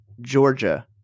Georgia